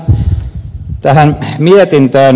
mutta palataan tähän mietintöön